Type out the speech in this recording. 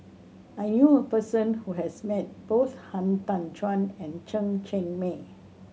I knew a person who has met both Han Tan Juan and Chen Cheng Mei